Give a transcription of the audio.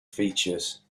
features